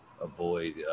avoid